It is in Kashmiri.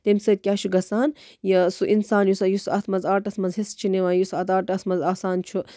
تمہِ سۭتۍ کیاہ چھُ گژھان یہِ سُہ اِنسان یُس ہا یُس اَتھ منٛز آرٹَس منٛز حِصہٕ چھُ نِوان یُس اَتھ آرٹَس منٛز آسان چھُ